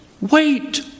wait